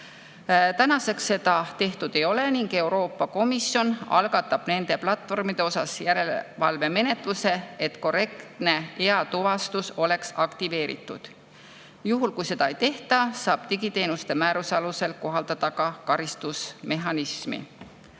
Tänaseks seda tehtud ei ole ning Euroopa Komisjon algatab nende platvormide suhtes järelevalvemenetluse, et korrektne eatuvastus oleks aktiveeritud. Juhul, kui seda ei tehta, saab digiteenuste määruse alusel kohaldada ka karistusmehhanismi.